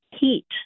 heat